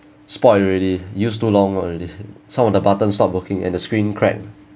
spoil already used too long already some of the button stop working and the screen crack